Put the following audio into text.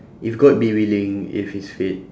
if god be willing if it's fate